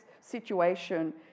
situation